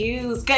use